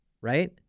right